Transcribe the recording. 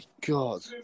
god